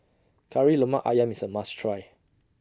Kari Lemak Ayam IS A must Try